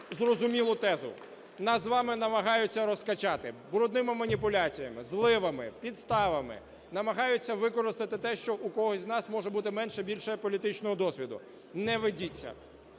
зрозумілу тезу: нас з вами намагаються "розкачати" брудними маніпуляціями, зливами, підставами, намагаються використати те, що в когось із нас може бути менше, більше політичного досвіду. Не ведіться!